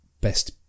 Best